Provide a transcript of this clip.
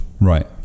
Right